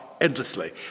endlessly